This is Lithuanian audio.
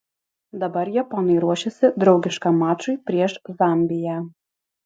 dabar japonai ruošiasi draugiškam mačui prieš zambiją